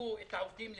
שלחו את העובדים לחל"ת,